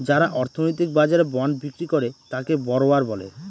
যারা অর্থনৈতিক বাজারে বন্ড বিক্রি করে তাকে বড়োয়ার বলে